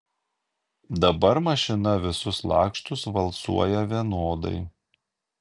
dabar mašina visus lakštus valcuoja vienodai